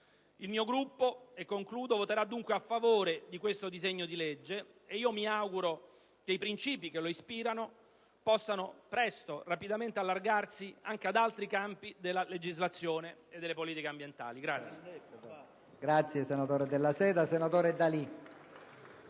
Il mio Gruppo voterà, dunque, a favore di questo disegno di legge e io mi auguro che i principi che lo ispirano possano presto allargarsi rapidamente anche ad altri campi della legislazione e delle politiche ambientali.